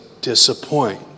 disappoint